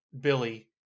Billy